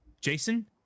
Jason